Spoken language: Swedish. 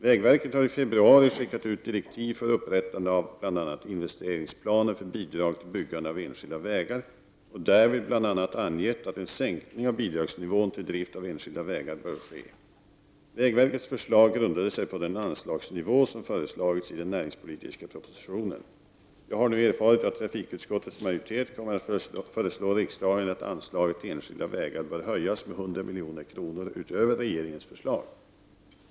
Vägverket har i februari skickat ut direktiv för upprättande av t.ex. investeringsplaner för bidrag till byggande av enskilda vägar och därvid bl.a. angett att en sänkning av bidragsnivån till drift av enskilda vägar bör ske. Vägverkets förslag grundade sig på den anslagsnivå som föreslagits i den näringspolitiska propositionen. Jag har nu erfarit att trafikutskottets majoritet kommer att föreslå riksdagen att anslaget till enskilda vägar bör höjas med 100 milj.kr. utöver regeringens förslag.